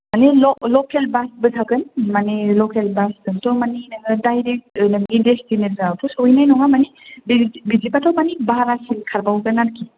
मानि लकेल लकेल बासबो थागोन माने लकेल बासजोंथ' माने नोङो डायरेक्ट नोंनि डेस्टिनेसनावथ' सहैनाय नङा माने बेजों बिदिबाथ' माने बारासिन खारबावगोन आरोखि